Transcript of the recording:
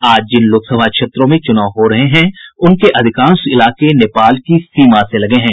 आज जिन लोकसभा क्षेत्रों में चुनाव हो रहे हैं उनके अधिकांश इलाके नेपाल की सीमा से लगे हुए हैं